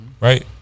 right